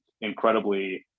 incredibly